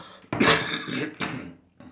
uh let me see ah